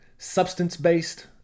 Substance-based